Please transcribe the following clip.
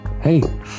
Hey